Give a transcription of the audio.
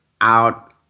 out